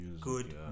good